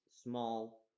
small